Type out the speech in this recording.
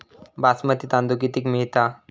बासमती तांदूळ कितीक मिळता?